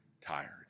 tired